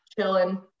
chilling